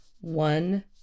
one